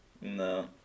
No